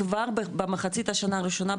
כבר במחצית השנה הראשונה,